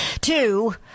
Two